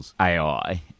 AI